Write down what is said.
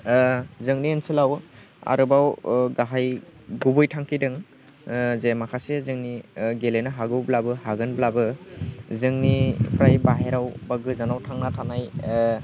जोंनि ओनसोलाव आरोबाव गाहाइय गुबै थांखि दङ जे माखासे जोंनि गेलेनो हागौब्लाबो हागोनब्लाबो जोंनिफ्राय बाहेराव बा गोजानाव थांना थानाय